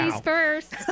first